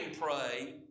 pray